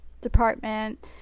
department